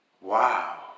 Wow